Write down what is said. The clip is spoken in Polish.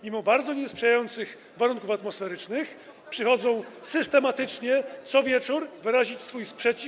Mimo bardzo niesprzyjających warunków atmosferycznych przychodzą systematycznie, co wieczór, by wyrazić swój sprzeciw.